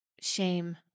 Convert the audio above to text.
shame